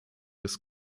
des